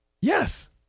Yes